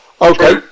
Okay